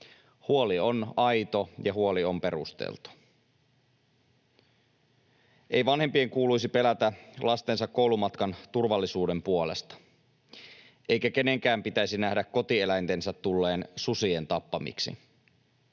Huoli on aito ja huoli on perusteltu. Ei vanhempien kuuluisi pelätä lastensa koulumatkan turvallisuuden puolesta, eikä kenenkään pitäisi nähdä kotieläintensä tulleen susien tappamiksi.